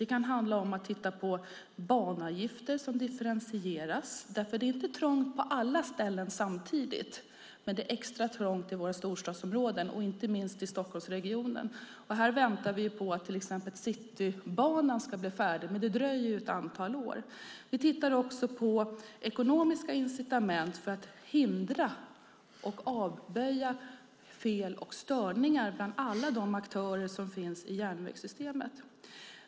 Det kan handla om att titta på banavgifter som differentieras. Det är nämligen inte trångt på alla ställen samtidigt. Men det är extra trångt i våra storstadsområden och inte minst i Stockholmsregionen. Här väntar vi på att till exempel Citybanan ska bli färdig, men det dröjer ett antal år. Vi tittar också på ekonomiska incitament för att hindra fel och störningar bland alla de aktörer som finns i järnvägssystemet.